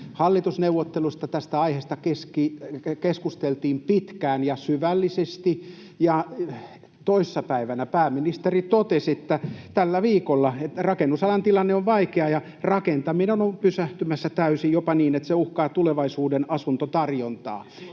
Hallitusneuvotteluissa tästä aiheesta keskusteltiin pitkään ja syvällisesti, ja toissa päivänä, tällä viikolla, pääministeri totesi, että rakennusalan tilanne on vaikea ja rakentaminen on pysähtymässä täysin, jopa niin, että se uhkaa tulevaisuuden asuntotarjontaa.